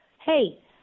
hey